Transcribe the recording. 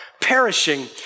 perishing